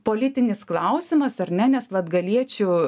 politinis klausimas ar ne nes latgaliečių